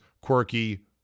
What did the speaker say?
quirky